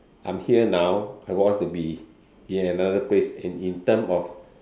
I'm here now I want to be in another place at in terms of